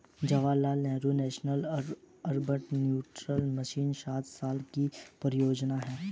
Jawaharlal Nehru national urban renewal mission सात साल की परियोजना है